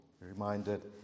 reminded